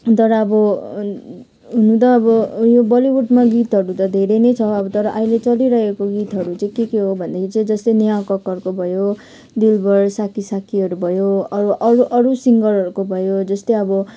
तर अब हुनु त अब बलिवुडमा गीतहरू त धेरै नै छ आबो तर अहिले चलिरहेको गीतहरू चाहिँ के के हो भन्दाखेरि जस्तै नेहा क्करको भयो दिलबर साकी साकी भयो अरू अरू सिङ्गरहरूको भयो जस्तै अब